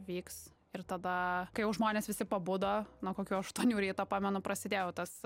vyks ir tada kai jau žmonės visi pabudo nuo kokių aštuonių ryto pamenu prasidėjo jau tas